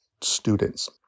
students